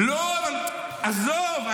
לא, עזוב.